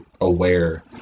aware